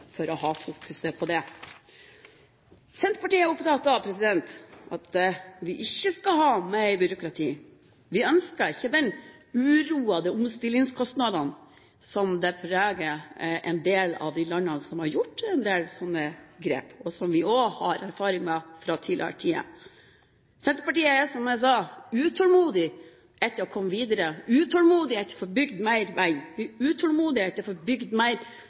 for å fokusere på det. Senterpartiet er opptatt av at vi ikke skal ha mer byråkrati. Vi ønsker ikke den uroen ved omstillingskostnadene som preger en del av de landene som har gjort en del slike grep, som vi også har erfaring med fra tidligere tider. Senterpartiet er, som jeg sa, utålmodig etter å komme videre og å få bygd mer vei. Vi er utålmodige etter å få bygd mer